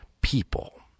people